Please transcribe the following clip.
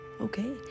okay